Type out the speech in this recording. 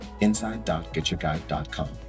inside.getyourguide.com